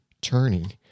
turning